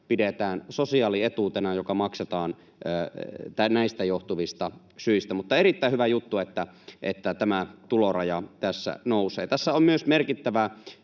pidetään sosiaalietuutena, joka maksetaan näistä johtuvista syistä. Mutta erittäin hyvä juttu, että tämä tuloraja tässä nousee. Tässä on myös merkittävää